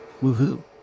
Woohoo